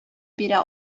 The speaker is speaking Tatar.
бирә